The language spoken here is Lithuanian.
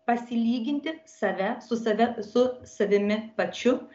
pasilyginti save su save su savimi pačiu